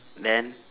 then